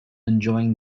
enjoying